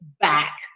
back